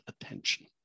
attention